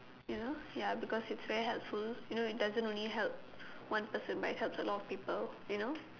you know ya because it's very hard follow you know it doesn't only help one person but it helps a lot of people you know